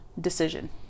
decision